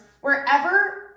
wherever